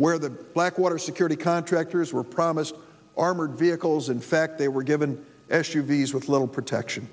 where the blackwater security contractors were promised armored vehicles in fact they were given s u v s with little protection